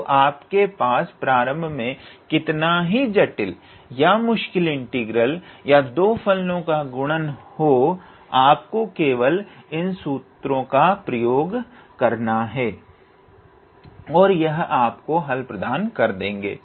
तो चाहे आपके पास प्रारंभ में कितना ही जटिल या मुश्किल इंटीग्रल या 2 फलनों का गुणन हो आपको केवल इन सूत्रों का प्रयोग करना है और यह आपको हल प्रदान कर देंगे